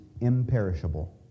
imperishable